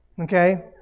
Okay